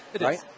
right